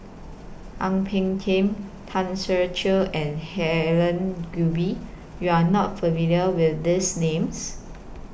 Ang Peng Tiam Tan Ser Cher and Helen Gilbey YOU Are not familiar with These Names